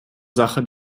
sache